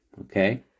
Okay